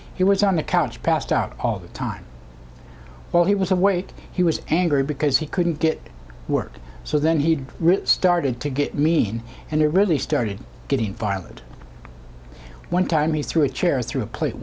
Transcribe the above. he was on the couch passed out all the time while he was awake he was angry because he couldn't get work so then he'd started to get mean and he really started getting violent one time he threw a chair through a plate